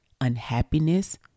unhappiness